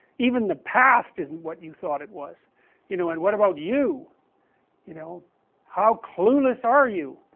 even the past isn't what you thought it was you know, and what about you you know how clueless are you?